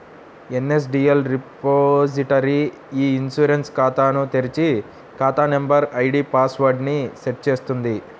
NSDL repository e insurance ఖాతాను తెరిచి, ఖాతా నంబర్, ఐడీ పాస్ వర్డ్ ని సెట్ చేస్తుంది